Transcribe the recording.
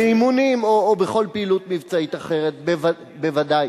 באימונים או בכל פעילות מבצעית אחרת, בוודאי.